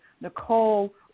Nicole